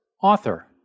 Author